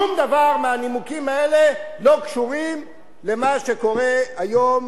שום דבר מהנימוקים האלה לא קשור למה שקורה היום